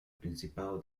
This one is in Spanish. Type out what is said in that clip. principado